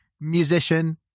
musician